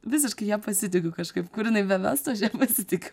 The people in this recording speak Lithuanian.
visiškai ja pasitikiu kažkaip kur jinai bevestų aš ja pasitikiu